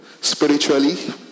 spiritually